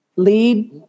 lead